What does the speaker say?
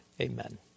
Amen